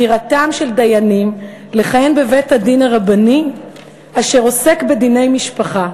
בחירתם של דיינים לכהן בבית-הדין הרבני אשר עוסק בדיני משפחה,